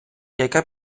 яка